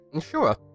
sure